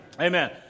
Amen